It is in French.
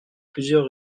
plusieurs